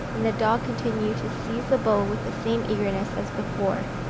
and the dog continued to seize the bull with the same eagerness as before.